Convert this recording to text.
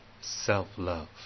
self-love